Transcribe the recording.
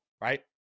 right